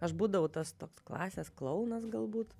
aš būdavau tas toks klasės klounas galbūt